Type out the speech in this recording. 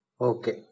Okay